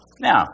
Now